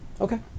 Okay